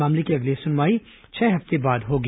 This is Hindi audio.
मामले की अगली सुनवाई छह हफ्ते बाद होगी